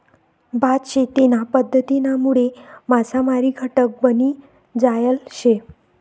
भात शेतीना पध्दतीनामुळे मासामारी घटक बनी जायल शे